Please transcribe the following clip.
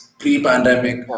pre-pandemic